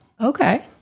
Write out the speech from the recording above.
Okay